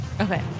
Okay